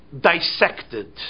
dissected